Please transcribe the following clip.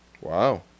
Wow